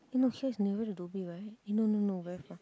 eh no here is nearer to Dhoby right eh no no no very far